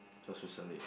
just recently